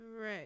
right